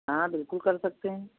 हाँ बिल्कुल कर सकते हैं